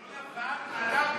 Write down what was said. לא נפל, עלה בישראל.